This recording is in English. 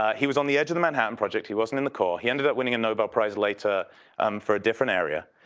he was on the edge of the manhattan project, he wasn't in the corp, he ended up winning a noble prize later for a different area.